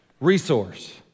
resource